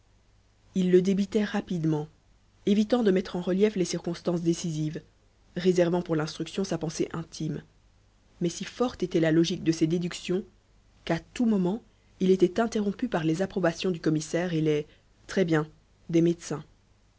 il le débitait rapidement évitant de mettre en relief les circonstances décisives réservant pour l'instruction sa pensée intime mais si forte était la logique de ses déductions qu'à tout moment il était interrompu par les approbations du commissaire et les très-bien des médecins